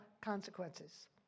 consequences